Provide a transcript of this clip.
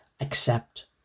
accept